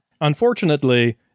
unfortunately